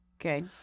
Okay